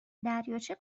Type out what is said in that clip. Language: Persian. دریاچه